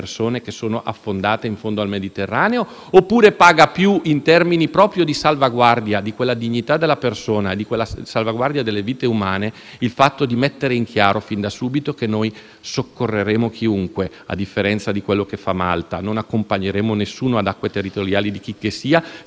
della dignità della persona e delle vite umane, il fatto di mettere in chiaro fin da subito che noi soccorreremo chiunque (a differenza di quello che fa Malta) e non accompagneremo nessuno in acque territoriali di chicchessia senza avere prima garantito la vita e la sicurezza? *(Applausi dai